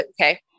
okay